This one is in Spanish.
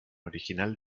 original